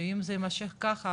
שאם זה יימשך ככה,